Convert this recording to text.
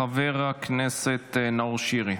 חבר הכנסת נאור שירי,